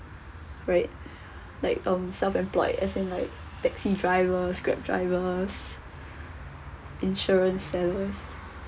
right like um self employed as in like taxi drivers grab drivers insurance sellers